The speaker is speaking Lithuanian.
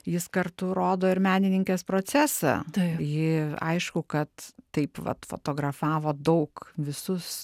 jis kartu rodo ir menininkės procesą ji aišku kad taip vat fotografavo daug visus